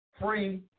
Free